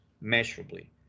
measurably